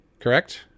correct